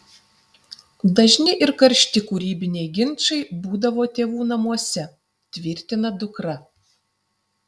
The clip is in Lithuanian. dažni ir karšti kūrybiniai ginčai būdavo tėvų namuose tvirtina dukra